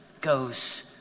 goes